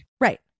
Right